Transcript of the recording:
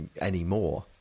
anymore